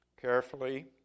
Carefully